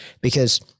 because-